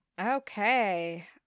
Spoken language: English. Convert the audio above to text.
Okay